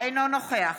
אינו נוכח